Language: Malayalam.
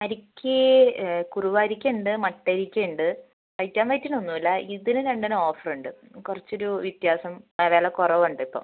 അരിക്ക് കുറുവ അരിക്കുണ്ട് മട്ട അരിക്കുണ്ട് വൈറ്റ് ആൻഡ് വൈറ്റിന് ഒന്നും ഇല്ല ഇതിന് രണ്ടിനും ഓഫർ ഉണ്ട് കുറച്ചൊരു വ്യത്യാസം ആ വില കുറവുണ്ട് ഇപ്പം